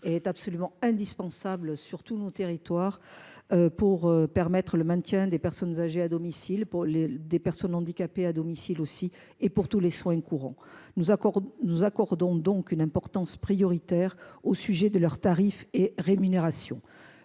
est absolument indispensable sur tous nos territoires pour le maintien des personnes âgées et des personnes handicapées à domicile, ainsi que pour tous les soins courants. Nous accordons donc une importance toute particulière à leurs tarifs et à leur rémunération.